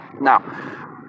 now